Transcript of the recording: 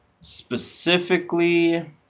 specifically